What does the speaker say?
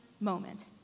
moment